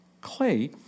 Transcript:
clay